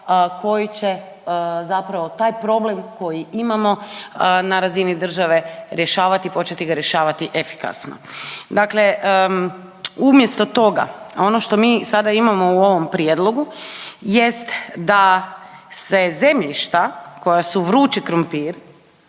koji će zapravo taj problem koji imamo na razini države rješavati, početi ga rješavati efikasno. Dakle umjesto toga, ono što mi sada imamo u ovom prijedlogu jest da se zemljišta koja su vrući krumpir